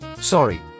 Sorry